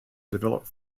develop